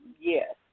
Yes